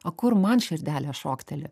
o kur man širdelė šokteli